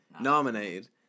Nominated